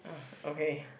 okay